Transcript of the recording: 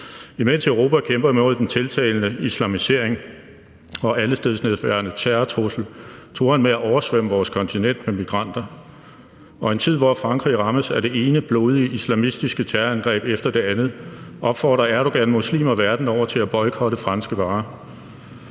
Imens Europa kæmper imod den tiltagende islamisering og allestedsnærværende terrortrussel, truer han med at oversvømme vores kontinent med migranter, og i en tid, hvor Frankrig rammes af det ene blodige islamistiske terrorangreb efter det andet, opfordrer Erdogan muslimer verden over til at boykotte franske varer.